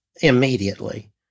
immediately